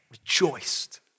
rejoiced